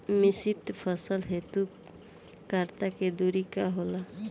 मिश्रित फसल हेतु कतार के दूरी का होला?